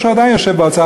או שעדיין יושב באוצר,